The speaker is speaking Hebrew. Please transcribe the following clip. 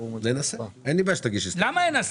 ננסה, אין לי בעיה שתגיש הסתייגות.